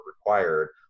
required